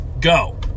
Go